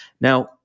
Now